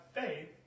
faith